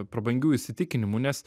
prabangių įsitikinimų nes